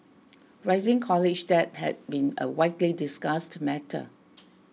rising college debt has been a widely discussed matter